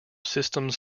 systems